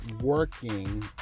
working